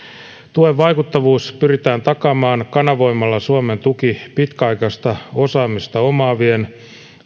tuen vaikuttavuus pyritään takaamaan kanavoimalla suomen tuki pitkäaikaista osaamista omaavien